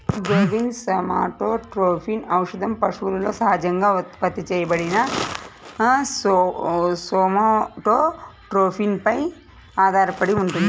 bovine somatotropin ఔషధం పశువులలో సహజంగా ఉత్పత్తి చేయబడిన సోమాటోట్రోపిన్ పై ఆధారపడి ఉంటుంది